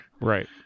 Right